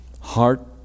heart